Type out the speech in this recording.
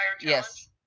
Yes